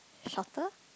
shorter